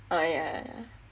oh yah yah